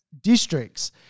districts